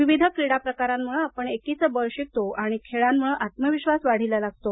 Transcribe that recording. विविध क्रीडा प्रकारांमुळे आपण एकीचं बळ शिकतो आणि खेळांमुळे आत्मविश्वास वाढीस लागतो